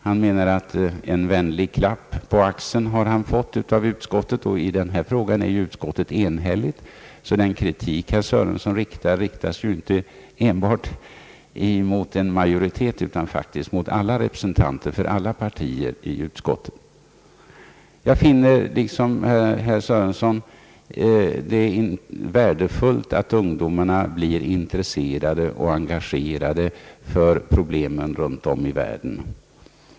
Han menade att han fått en vänlig klapp på axeln av utskottet. I denna fråga är ju utskottet enhälligt, så att herr Sörensons kritik riktas inte enbart mot en majoritet, utan mot alla representanter för alla partier i utskottet. Jag finner liksom herr Sörenson värdefullt att ungdomarna blir intresserade och engagerade för problemen runt om i världen.